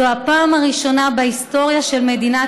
זאת הפעם הראשונה בהיסטוריה של מדינת